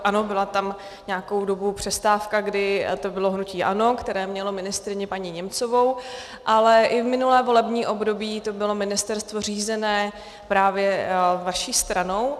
Ano, byla tam nějakou dobu přestávka, kdy to bylo hnutí ANO, které mělo ministryni paní Němcovou, ale i minulé volební období to bylo ministerstvo řízené právě vaší stranou.